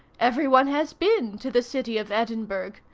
every one has been to the city of edinburgh.